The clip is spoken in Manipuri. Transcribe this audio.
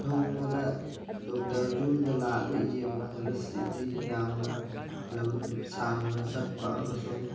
ꯅꯣꯡꯃꯗ ꯗꯣꯛꯇꯔ ꯌꯨꯝꯗ ꯂꯥꯛꯑꯒ ꯌꯦꯡꯕ ꯍꯥꯏꯕꯁꯤꯗꯤ ꯌꯥꯝꯅ ꯂꯝ ꯁꯥꯡꯅ ꯆꯠꯄ ꯑꯃꯁꯨꯡ